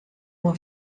uma